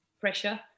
pressure